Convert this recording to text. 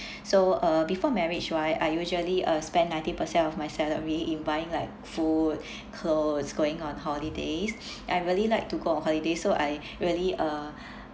so uh before marriage right I usually uh spend ninety percent of my salary in buying like food clothes going on holidays I really like to go on holiday so I really uh